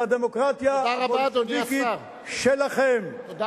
עם הדמוקרטיה הבולשביקית שלכם, תודה רבה.